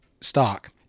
stock